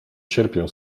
cierpię